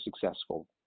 successful